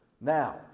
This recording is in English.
Now